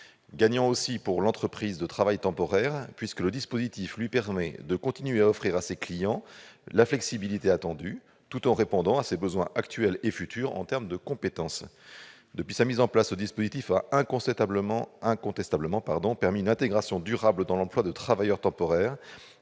gagnant pour l'entreprise de travail temporaire, puisque le dispositif lui permet de continuer à offrir à ses clients la flexibilité attendue, tout en répondant à leurs besoins actuels et futurs en termes de compétences. Depuis sa mise en place, ce dispositif a incontestablement permis une intégration durable dans l'emploi de travailleurs temporaires